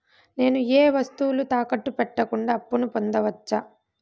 నేను ఏ వస్తువులు తాకట్టు పెట్టకుండా అప్పును పొందవచ్చా?